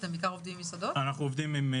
כן.